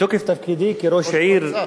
בתוקף תפקידי כראש עיר,